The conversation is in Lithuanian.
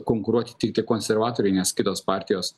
konkuruoti tiktai konservatoriai nes kitos partijos